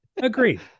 Agreed